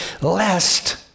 lest